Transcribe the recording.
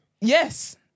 Yes